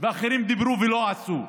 ואחרים דיברו ולא עשו.